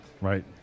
right